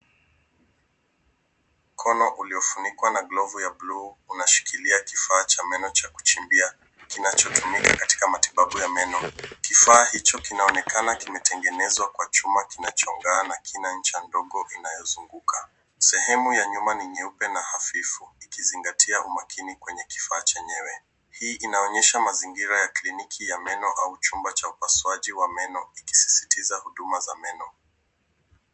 Mkono uliofunikwa na glovu ya bluu unashikilia kifaa cha meno cha kuchimbia kinachotumika katika matibabu ya meno. Kifaa hicho kinaonekana kimetengenezwa kwa chuma kinachong'aa na kina ncha ndogo inayozunguka. Sehemu ya nyuma ni nyeupe na hafifu ikizingatia umakini kwenye kifaa chenyewe. Hii inaonyesha mazingira ya kliniki ya meno au chumba cha upasuaji wa meno ikisisitiza huduma za meno.